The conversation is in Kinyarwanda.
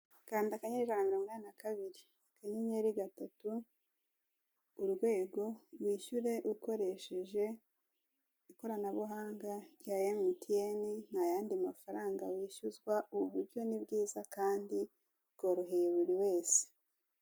Kanda akanyenyeri ijana na mirong'inani na kabiri, akanyenyeri gatatu urwego yishyure ukoresheje ikoranabuhanga rya emutiyeni ntayandidi mafaranga yishyuzwa ubu buryo ni bwiza kandi bworoheye buri wese.